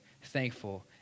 thankful